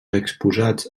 exposats